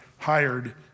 hired